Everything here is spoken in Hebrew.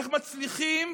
איך מצליחים